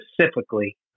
specifically